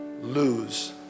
lose